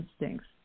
instincts